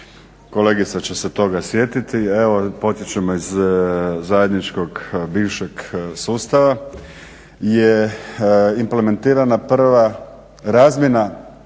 kolegica će se toga sjetiti, evo potječemo iz zajedničkog bivšeg sustava je implementirana prva razmjena